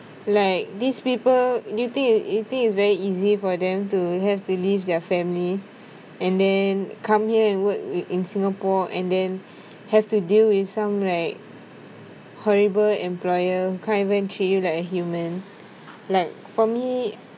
like these people you think you think it's very easy for them to have to leave their family and then come here and work in singapore and then have to deal with some like horrible employer can't even treat you like a human like for me